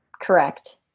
Correct